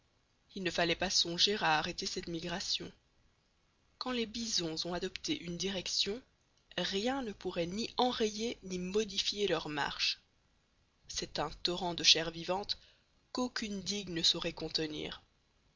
il ne fallait pas songer à arrêter cette migration quand les bisons ont adopté une direction rien ne pourrait ni enrayer ni modifier leur marche c'est un torrent de chair vivante qu'aucune digue ne saurait contenir